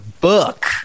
book